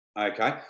okay